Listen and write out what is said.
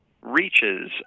reaches